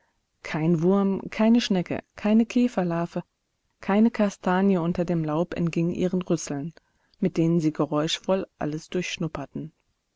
kein wurm keine schnecke keine käferlarve keine kastanie unter dem laub entging ihren rüsseln mit denen sie geräuschvoll alles